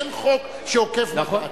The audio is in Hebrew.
אין חוק שעוקף בג"ץ.